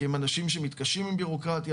כי הם אנשים שמתקשים עם ביורוקרטיה